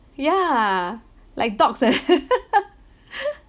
yeah like dogs eh